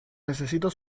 necesito